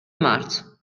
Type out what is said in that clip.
marzo